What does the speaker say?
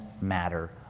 matter